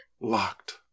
Locked